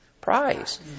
prize